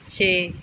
ਛੇ